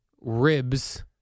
ribs